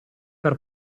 per